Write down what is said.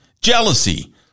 jealousy